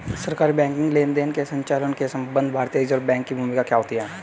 सरकारी बैंकिंग लेनदेनों के संचालन के संबंध में भारतीय रिज़र्व बैंक की भूमिका क्या होती है?